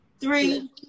three